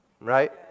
right